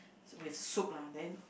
with soup lah then